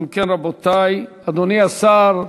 אם כן, רבותי, אדוני השר,